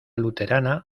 luterana